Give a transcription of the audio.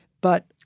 But-